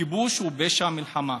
הכיבוש הוא פשע מלחמה,